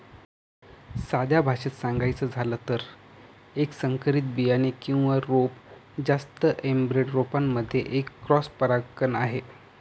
साध्या भाषेत सांगायचं झालं तर, एक संकरित बियाणे किंवा रोप जास्त एनब्रेड रोपांमध्ये एक क्रॉस परागकण आहे